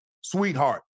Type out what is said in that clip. Sweetheart